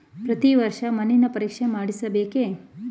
ಪ್ರತಿ ವರ್ಷ ಮಣ್ಣಿನ ಪರೀಕ್ಷೆ ಮಾಡಿಸಬೇಕೇ?